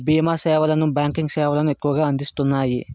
భీమా సేవలను బ్యాంకింగ్ సేవలను ఎక్కువగా అందిస్తున్నాయి